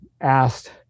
asked